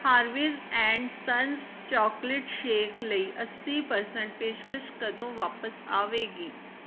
Harveys and sons chocolate shake ਲਈ ਅੱਸੀ percent ਪੇਸ਼ਕਸ਼ ਕਦੋਂ ਵਾਪਸ ਆਵੇਗੀ